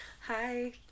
Hi